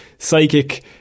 Psychic